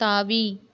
தாவி